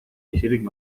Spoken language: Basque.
bizirik